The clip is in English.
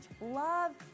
love